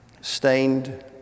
stained